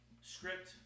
script